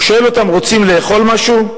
הוא שואל אותם: רוצים לאכול משהו?